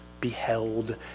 beheld